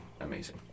amazing